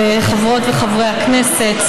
חברות וחברי הכנסת,